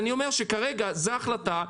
אני אומר שכרגע זו ההחלטה.